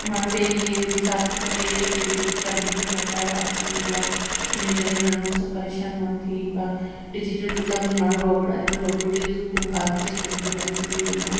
माण्हू पहिरीं ही हिसाबु पहिरीं डिजिटल कंप्यूटर बाक़ाइदे अची वेंदो आहे हिन करे हाणे हू सभु परेशानु माण्हू थिअनि पिया डिजिटल पुतला बि माण्हू रोबो अॼुकल्ह रोबोट जे थ्रू माण्हू हर कुझु कमु थो करे सघे रोबोट